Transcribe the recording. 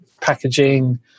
packaging